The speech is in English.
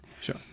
Sure